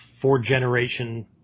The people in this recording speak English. four-generation